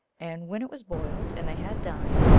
and when it was boiled, and they had dined,